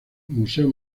museo